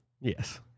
yes